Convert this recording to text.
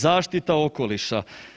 Zaštita okoliša.